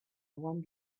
one